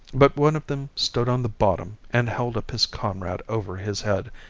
but one of them stood on the bottom and held up his comrade over his head,